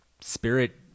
spirit